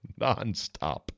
nonstop